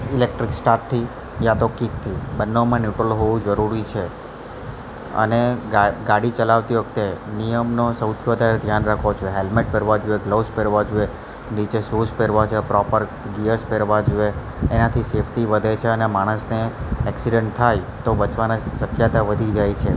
electric સ્ટાર્ટથી યા તો કિકથી બંનેઓમાં ન્યુટ્રલ હોવું જરૂરી છે અને ગા ગાડી ચલાવતી વખતે નિયમનો સૌથી વધારે ધ્યાન છો હેલ્મેટ પહેરવા જોએ ગ્લવ્સ પહેરવા જોએ નીચે શૂઝ પહેરવા જોએ પ્રોપર ગિયર્સ પહેરવા જોએ એનાથી સેફ્ટી વધે છે અને માણસને એક્સીડન્ટ થાય તો બચવાના શક્યતા વધી જાય છે